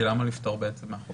למה בעצם לפטור מהחובה?